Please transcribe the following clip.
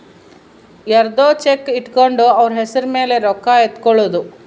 ಯರ್ದೊ ಚೆಕ್ ಇಟ್ಕೊಂಡು ಅವ್ರ ಹೆಸ್ರ್ ಮೇಲೆ ರೊಕ್ಕ ಎತ್ಕೊಳೋದು